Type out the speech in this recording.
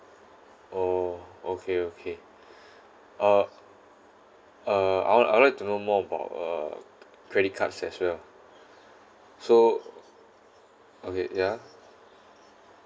oh okay okay uh uh I would I would like to know more about uh c~ credit cards as well so okay ya